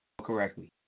correctly